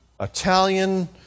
Italian